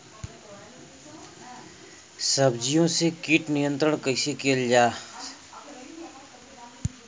सब्जियों से कीट नियंत्रण कइसे कियल जा?